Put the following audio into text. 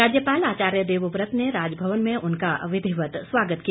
राज्यपाल आचार्य देवव्रत ने राजभवन में उनका विधिवत स्वागत किया